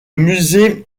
musée